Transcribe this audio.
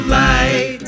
light